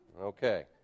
Okay